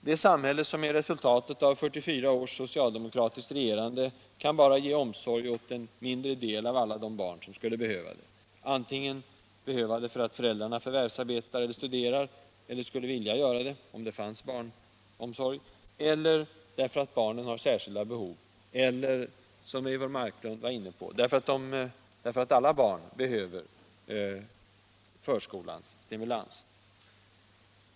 Det samhälle som är resultatet av 44 års socialdemokratiskt regerande kan bara ge omsorg åt en mindre del av alla de barn som skulle behöva det, antingen för att föräldrarna förvärvsarbetar eller studerar — eller skulle vilja göra det — eller därför att barnen har särskilda behov, eller, som fru Marklund var inne på, därför att alla barn behöver förskolans stimulans.